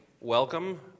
welcome